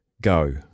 go